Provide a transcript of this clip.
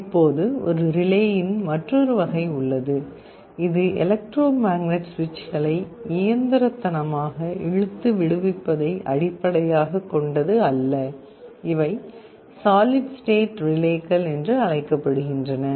இப்போது ஒரு ரிலேயின் மற்றொரு வகை உள்ளது இது எலக்ட்ரோ மேக்னட் சுவிட்சுகளை இயந்திரத்தனமாக இழுத்து விடுவிப்பதை அடிப்படையாகக் கொண்டது அல்ல இவை சாலிட் ஸ்டேட் ரிலேக்கள் என்று அழைக்கப்படுகின்றன